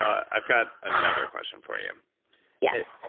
i've got another question for you yes?